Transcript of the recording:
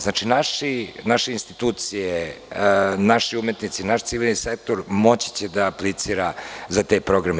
Znači, naše institucije, naši umetnici, naš civilni sektor moći će da aplicira za te programe.